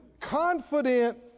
confident